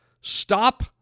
Stop